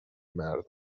مردم